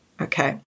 Okay